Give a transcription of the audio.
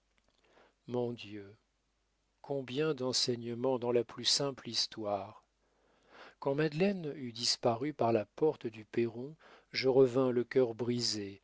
mon dieu combien d'enseignements dans la plus simple histoire quand madeleine eut disparu par la porte du perron je revins le cœur brisé